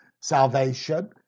salvation